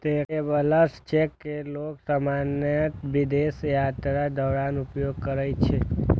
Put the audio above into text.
travellers cheque कें लोग सामान्यतः विदेश यात्राक दौरान उपयोग करै छै